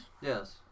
Yes